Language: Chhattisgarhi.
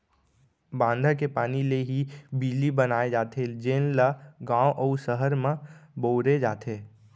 बांधा के पानी ले ही बिजली बनाए जाथे जेन ल गाँव अउ सहर म बउरे जाथे